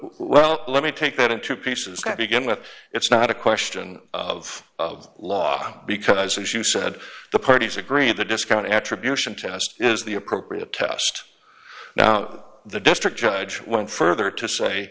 well let me take that into pieces that begin with it's not a question of of law because as you said the parties agree the discount attribution test is the appropriate test now the district judge went